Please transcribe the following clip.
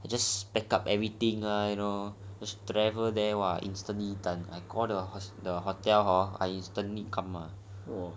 you just pack up everything lah you know just travel there !wah! instantly done I call the hotel ah I instantly come wor